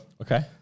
Okay